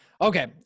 Okay